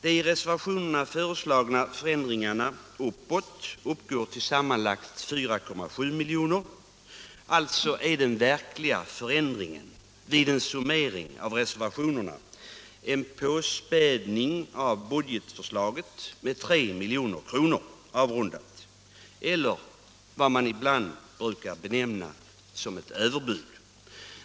De i reservationerna föreslagna förändringarna uppåt uppgår till sammanlagt 4,7 milj.kr.; alltså är den verkliga förändringen vid en summering av reservationerna en påspädning av budgetförslaget med avrundat 3 milj.kr. eller vad man brukar benämna som ett överbud.